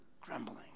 grumbling